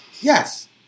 yes